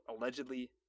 allegedly